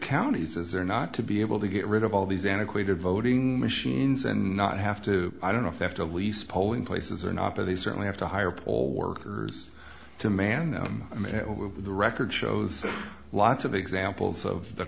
counties as they're not to be able to get rid of all these antiquated voting machines and not have to i don't know if they have to lease polling places or not but they certainly have to hire poll workers to man them i mean the record shows lots of examples of the